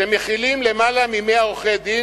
שמכילים יותר מ-100 עורכי-דין,